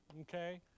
Okay